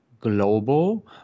Global